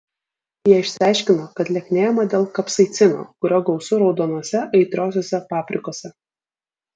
jie išsiaiškino kad lieknėjama dėl kapsaicino kurio gausu raudonose aitriosiose paprikose